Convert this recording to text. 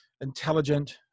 intelligent